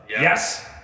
Yes